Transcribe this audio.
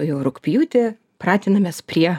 jau rugpjūtį pratinamės prie